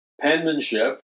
penmanship